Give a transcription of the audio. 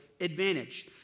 advantage